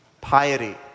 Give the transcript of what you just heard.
piety